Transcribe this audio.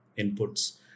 inputs